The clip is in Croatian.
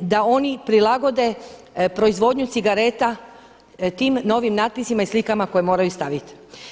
da oni prilagode proizvodnju cigareta tim novim napisima i slikama koje moraju staviti.